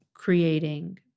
creating